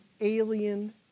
alien